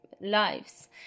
lives